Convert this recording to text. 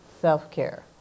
self-care